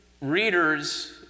readers